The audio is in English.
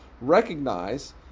recognize